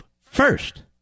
first